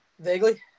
Vaguely